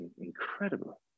incredible